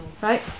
right